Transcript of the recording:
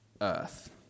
earth